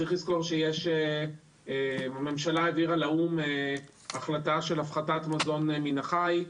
צריך לזכור שהממשלה העבירה לאו"ם החלטה של הפחתת מזון מן החי,